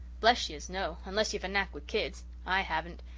bless yez, no unless ye've a knack with kids. i haven't.